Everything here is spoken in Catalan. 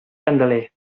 candeler